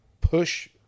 push